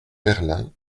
merlin